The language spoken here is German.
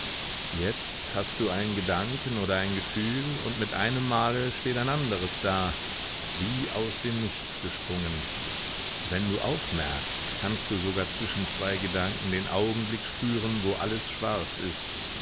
jetzt hast du einen gedanken oder ein gefühl und mit einem male steht ein anderes da wie aus dem nichts gesprungen wenn du aufmerkst kannst du sogar zwischen zwei gedanken den augenblick spüren wo alles schwarz ist